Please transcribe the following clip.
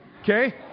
okay